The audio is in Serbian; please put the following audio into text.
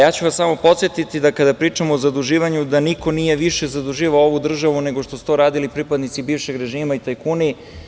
Ja ću vas samo podsetiti da kada pričamo o zaduživanju da niko nije više zaduživao ovu državu nego što su to radili pripadnici bivšeg režima i tajkuni.